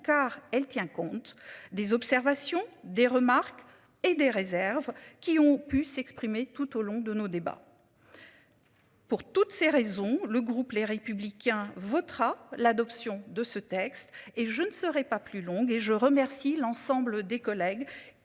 car elle tient compte des observations des remarques et des réserves qui ont pu s'exprimer tout au long de nos débats. Pour toutes ces raisons, le groupe Les Républicains votera l'adoption de ce texte et je ne serai pas plus long et je remercie l'ensemble des collègues